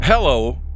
Hello